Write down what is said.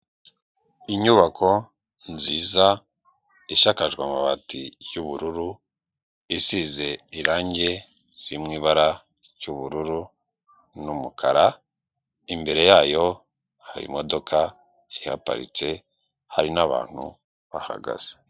Inyubako nziza ishakajwe amabati y'ubururu, isize irange riri mu ibara ry'ubururu n'umukara, imbere yayo hari imodoka ihaparitse, hari n'abantu bahagaze.